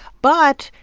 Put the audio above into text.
but,